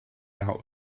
out